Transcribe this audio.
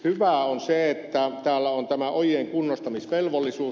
hyvää on se että täällä on tämä ojien kunnostamisvelvollisuus